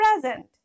present